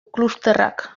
klusterrak